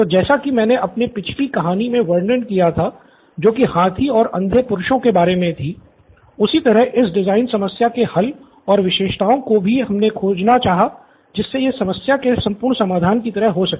तो जैसा की मैंने अपनी पिछली कहानी मे वर्णन किया था जो की हाथी और अंधे पुरुषों के बारे मे थी उसी तरह इस डिज़ाइन समस्या के हल और विशेषताओ को भी हमने खोज़ना चाहा जिससे यह समस्या के संपूर्ण समाधान की तरह हो सके